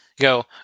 go